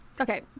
okay